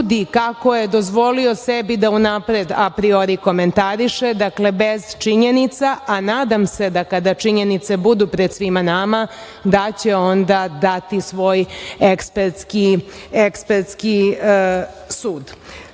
kako je dozvolio sebi da unapred, apriori komentariše, dakle, bez činjenica, a nadam se da kada činjenice budu pred svima nama, da će onda dati svoj ekspertski